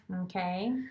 Okay